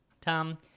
Tom